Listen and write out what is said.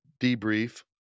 debrief